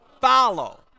Follow